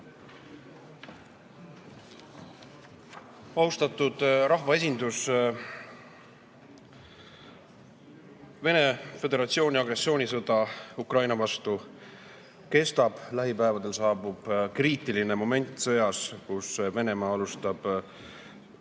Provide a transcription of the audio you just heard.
Austatud rahvaesindus! Vene Föderatsiooni agressioonisõda Ukraina vastu kestab. Lähipäevadel saabub kriitiline moment, kui Venemaa alustab